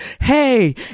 Hey